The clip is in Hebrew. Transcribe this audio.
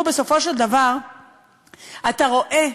בסופו של דבר אתה רואה